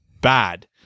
bad